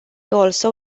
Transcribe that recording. also